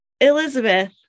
Elizabeth